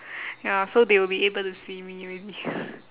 ya so they will be able to see me maybe